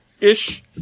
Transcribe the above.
Ish